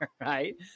Right